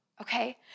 okay